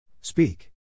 Speak